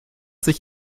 sich